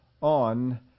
on